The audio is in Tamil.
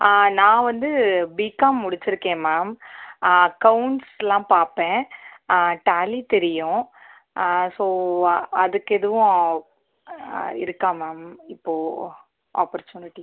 ஆ நான் வந்து பிகாம் முடிச்சுருக்கேன் மேம் அக்கௌண்ட்ஸ்லாம் பார்ப்பேன் டேலி தெரியும் ஸோ அதுக்கு எதுவும் இருக்கா மேம் இப்போ ஆப்பர்ச்சுனிட்டி